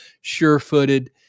sure-footed